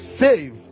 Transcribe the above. save